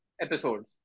episodes